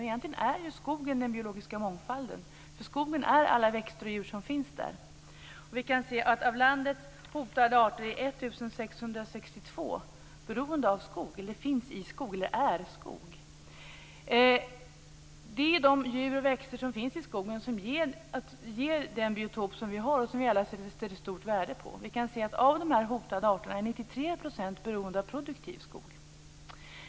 Egentligen är ju skogen den biologiska mångfalden, eftersom skogen är alla växter och djur som finns där. Vi kan se att av landets hotade arter är 1 662 beroende av skog, finns i skog eller är skog. Det är de djur och växter som finns i skogen som ger den biotop som vi har och som vi alla sätter ett stort värde på. Vi kan se att av dessa hotade arter är 93 % beroende av produktiv skog.